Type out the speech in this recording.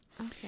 Okay